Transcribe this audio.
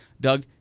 Doug